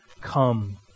Come